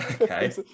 Okay